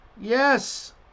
Yes